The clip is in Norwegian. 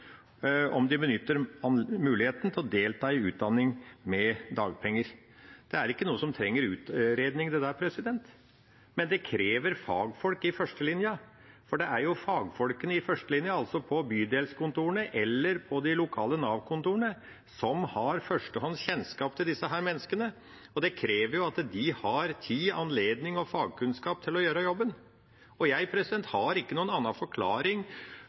om de benytter muligheten til å delta i utdanning med dagpenger. Det er ikke noe som trenger utredning, men det krever fagfolk i førstelinja, for det er jo fagfolkene i førstelinja – altså på bydelskontorene eller på de lokale Nav-kontorene – som har førstehånds kjennskap til disse menneskene. Det krever at de har tid, anledning og fagkunnskap til å gjøre jobben. Jeg har ikke noen annen forklaring